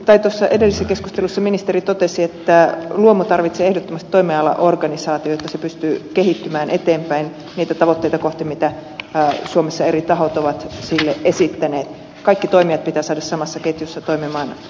tuossa edellisessä keskustelussa ministeri totesi että luomu tarvitsee ehdottomasti toimialaorganisaation jotta se pystyy kehittymään eteenpäin niitä tavoitteita kohti mitä suomessa eri tahot ovat sille esittäneet kaikki toimijat pitää saada samassa ketjussa toimimaan kasvutavoitteen hyväksi